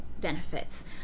benefits